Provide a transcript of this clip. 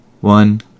one